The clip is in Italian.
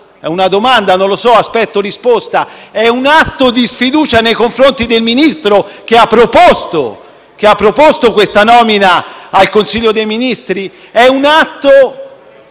è una domanda e aspetto risposta. È un atto di sfiducia nei confronti del Ministro, che ha proposto questa nomina al Consiglio dei ministri?